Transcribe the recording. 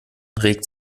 regt